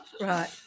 Right